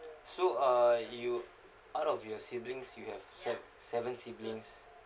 so uh you out of your siblings you have se~ seven siblings